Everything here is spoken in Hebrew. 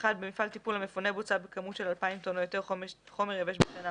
במפעל טיפול המפנה בוצה בכמות של אלפיים טון או יותר חומר יבש בשנה